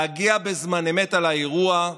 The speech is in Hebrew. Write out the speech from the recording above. להגיב בזמן אמת על אירוע,